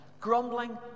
grumbling